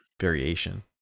variation